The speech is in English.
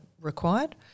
required